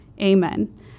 Amen